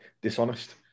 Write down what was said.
dishonest